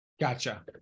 Gotcha